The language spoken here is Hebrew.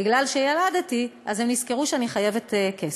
מפני שילדתי, הם נזכרו שאני חייבת כסף,